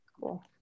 Cool